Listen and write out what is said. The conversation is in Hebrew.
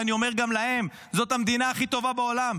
ואני אומר גם להם: זאת המדינה הכי טובה בעולם,